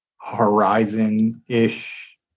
Horizon-ish